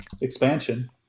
expansion